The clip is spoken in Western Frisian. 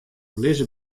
lizze